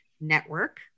network